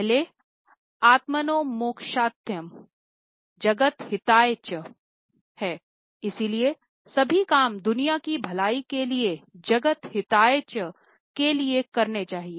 पहले आत्मनो मोक्षार्थम के लिए करने चाहिए